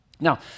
Now